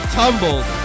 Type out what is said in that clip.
tumbled